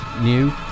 new